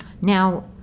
Now